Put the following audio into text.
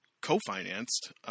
co-financed